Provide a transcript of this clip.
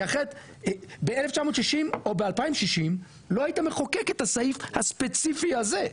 כי אחרת ב- 1960 או ב- 2060 לא היית מחוקק את הסעיף הספציפי הזה,